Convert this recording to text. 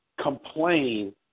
complain